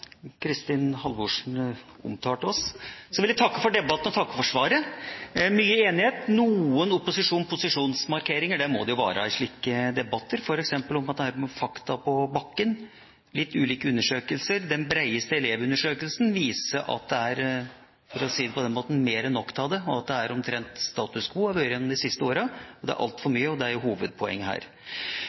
mye enighet. Noen opposisjons- og posisjonsmarkeringer må det jo være i slike debatter, f.eks. om dette med «Fakta på bakken» og litt om ulike undersøkelser. Den breieste elevundersøkelsen viser, for å si det på den måten, at det er mer enn nok av mekling, og at det er omtrent status quo og har vært det de siste åra. Det er altfor mye, og det er hovedpoenget her.